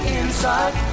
inside